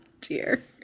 Dear